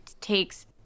takes